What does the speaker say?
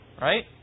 Right